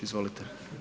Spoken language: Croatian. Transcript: Izvolite.